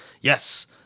Yes